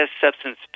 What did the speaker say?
substance